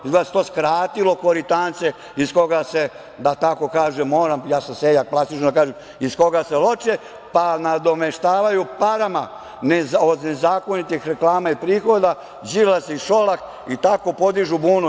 Izgleda se to skratilo koritance iz koga se, da tako kažem, moram, ja sam seljak, plastično da kažem, iz koga se loče, pa nadomeštavaju parama od nezakonitih reklama i prihoda Đilas i Šolak i tako podižu bunu.